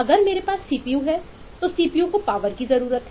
अगर मेरे पास सीपीयू की जरूरत है